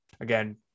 Again